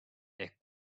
ehk